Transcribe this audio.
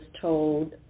told